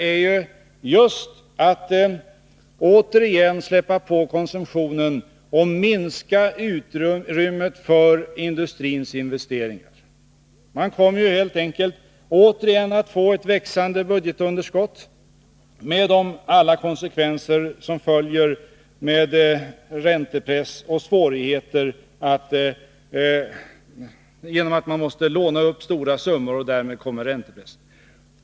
Vallöftena som ni avgett betyder ju att konsumtionen släpps fram, och att utrymmet för industrins investeringar minskas. Resultatet blir återigen ett växande budgetunderskott, med räntepress och andra svårigheter som följd. Allt större summor måste ju lånas upp, och därmed följer räntepressen.